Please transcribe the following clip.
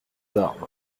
armes